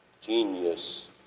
genius